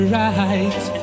right